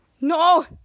no